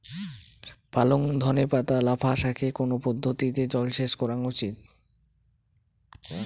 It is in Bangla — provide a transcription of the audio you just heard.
পালং ধনে পাতা লাফা শাকে কোন পদ্ধতিতে জল সেচ করা উচিৎ?